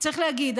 צריך להגיד.